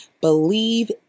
believe